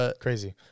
Crazy